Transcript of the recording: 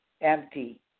empty